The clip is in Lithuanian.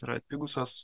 yra atpigusios